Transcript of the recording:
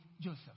Joseph